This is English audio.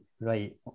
Right